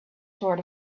sort